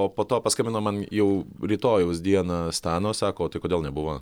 o po to paskambino man jau rytojaus dieną stano sako tai kodėl nebuvo